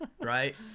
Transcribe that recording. Right